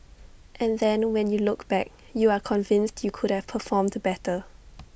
and then when you look back you are convinced you could have performed better